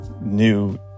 new